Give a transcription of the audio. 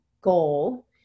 goal